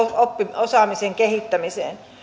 osaamisen kehittämiseen